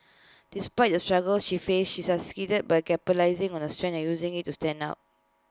despite the struggles she faced she succeeded by capitalising on her strengths and using IT to stand out